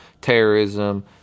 terrorism